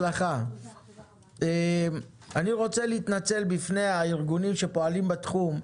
אני רוצה להתנצל בפני הארגונים שפועלים בתחום.